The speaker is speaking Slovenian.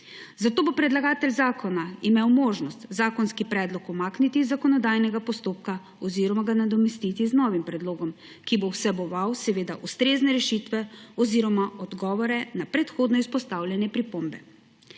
Zato bo predlagatelj zakona imel možnost zakonski predlog umakniti iz zakonodajnega postopka oziroma ga nadomestiti z novim predlogom, ki bo vseboval seveda ustrezne rešitve oziroma odgovore na predhodno izpostavljene pripombe.